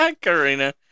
Karina